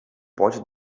pôde